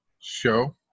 show